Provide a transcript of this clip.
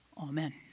Amen